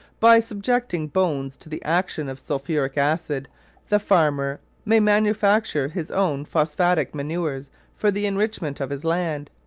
by subjecting bones to the action of sulphuric acid the farmer may manufacture his own phosphatic manures for the enrichment of his land.